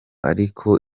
ariko